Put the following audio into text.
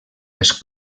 les